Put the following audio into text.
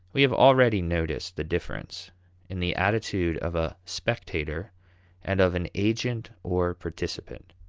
we have already noticed the difference in the attitude of a spectator and of an agent or participant.